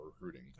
recruiting